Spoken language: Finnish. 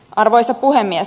arvoisa puhemies